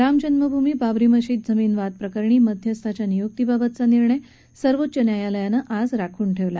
रामजन्मभूमी बाबरीमशीद जमीन वाद प्रकरणी मध्यस्थाच्या निय्क्तीबाबतचा निर्णय सर्वोच्च न्यायालयानं आज राखून ठेवला